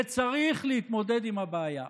וצריך להתמודד עם הבעיה.